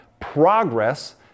Progress